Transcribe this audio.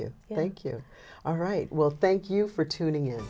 you thank you all right well thank you for tuning in